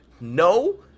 no